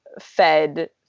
fed